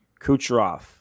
Kucherov